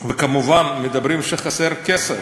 וכמובן, מדברים שחסר כסף.